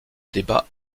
débats